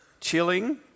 chilling